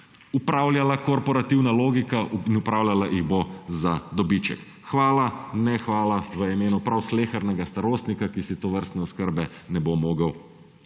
upravljala korporativna logika, upravljala jih bo za dobiček. Hvala! Ne hvala, v imenu prav slehernega starostnika, ki si tovrstne oskrbe ne bo mogel